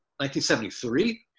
1973